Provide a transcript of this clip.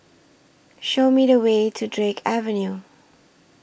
Show Me The Way to Drake Avenue